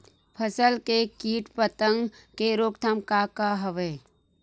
फसल के कीट पतंग के रोकथाम का का हवय?